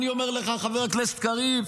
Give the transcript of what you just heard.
אני אומר לך חבר הכנסת קריב,